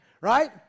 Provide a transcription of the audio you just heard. right